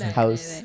house